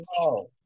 No